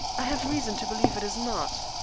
i have reason to believe it is not.